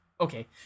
okay